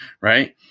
Right